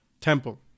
temple